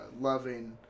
loving